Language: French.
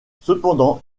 cependant